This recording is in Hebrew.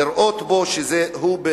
לראות בו באמת